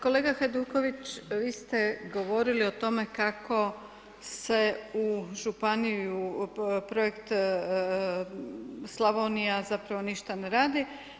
Kolega Hajduković, vi ste govorili o tome kako se u županiju, Projekt Slavonija zapravo ništa ne radi.